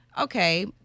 okay